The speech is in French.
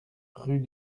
rue